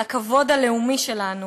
על הכבוד הלאומי שלנו,